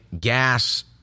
gas